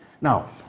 Now